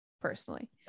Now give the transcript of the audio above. personally